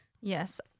yes